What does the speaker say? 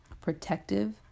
protective